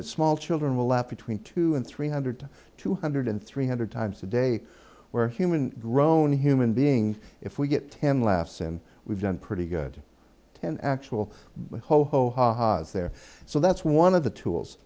that small children will laugh between two and three hundred two hundred three hundred times a day where human grown human being if we get ten laughs and we've done pretty good ten actual hoho ha ha's there so that's one of the tools